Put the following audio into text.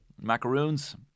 Macaroons